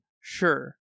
Sure